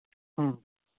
ꯎꯝ